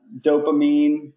dopamine